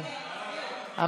מה, יש הצבעה?